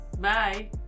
Bye